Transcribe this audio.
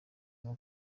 bwa